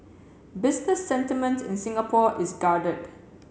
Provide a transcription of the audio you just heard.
business sentiment in Singapore is guarded